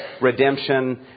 redemption